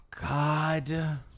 god